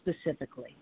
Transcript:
specifically